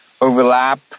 overlap